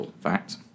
fact